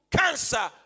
cancer